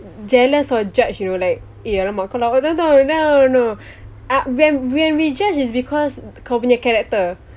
jealous or judge you know like eh rambut kau lawa tak tak eh no no uh when when we judge is because kau punya character